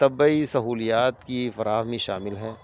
طبعی سہولیات کی فراہمی شامل ہے